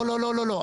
לא, לא.